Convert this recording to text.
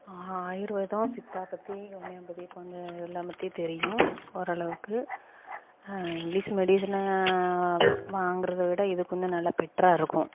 ஆயுர்வேதா சித்தா பற்றி ஹோமியோபதி இப்போ வந்து அதெலாம் பற்றி தெரியும் ஓரளவுக்கு இங்கிலிஷ் மெடிசனை வாங்கிறத விட இதுக்கு வந்து நல்லா பெட்டரா இருக்கும்